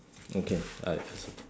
okay I